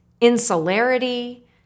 insularity